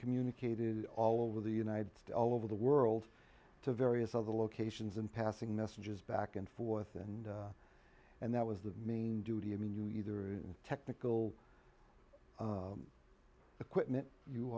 communicated all over the united states all over the world to various other locations and passing messages back and forth and and that was the main duty i mean you either technical equipment you